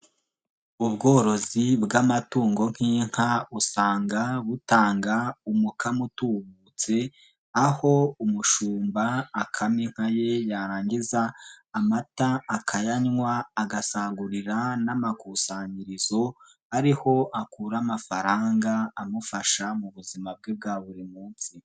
Ubworozi bw'amatungo nk'inka usanga butanga umukamo utubutse, aho umushumba akama inka ye yarangiza amata akayanywa agasagurira n'amakusanyirizo ariho akura amafaranga amufasha mu buzima bwe bwa buri munsi.